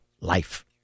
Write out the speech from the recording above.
life